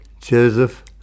Joseph